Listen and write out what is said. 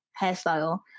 hairstyle